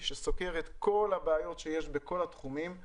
שסוקר את כל הבעיות שיש בכל התחומים,